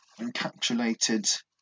encapsulated